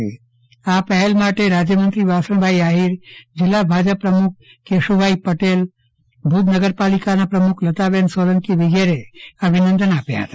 આ પ્રેરણાદાઈ પહેલ માટે રાજ્યમંત્રી વાસણભાઈ આહિર જિલ્લા ભાજપા પ્રમુખ કેશુભાઈ પટેલ ભુજ નગરપાલિકા પ્રમુખ લતાબેન સોલંકીએ અભિનંદન પાઠવ્યા હતા